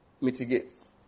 mitigates